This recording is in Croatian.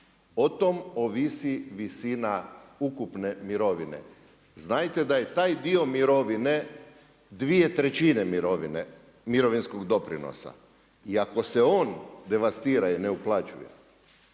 O tom ovisi visina ukupne mirovine. Znajte da je taj dio mirovine 2/3 mirovine, mirovinskog doprinosa. I ako se on devastira i ne uplaćuje,